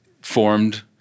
formed